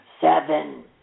seven